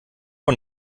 und